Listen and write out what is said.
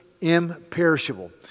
imperishable